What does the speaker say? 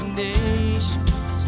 nations